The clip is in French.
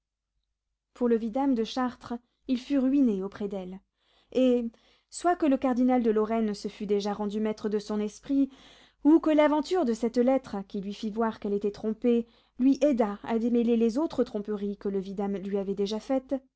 pour le vidame de chartres il fut ruiné auprès d'elle et soit que le cardinal de lorraine se fût déjà rendu maître de son esprit ou que l'aventure de cette lettre qui lui fit voir qu'elle était trompée lui aidât à démêler les autres tromperies que le vidame lui avait déjà faites